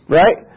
right